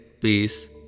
peace